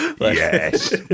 Yes